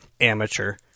amateur